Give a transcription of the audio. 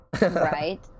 right